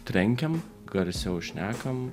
trenkiam garsiau šnekam